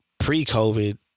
Pre-COVID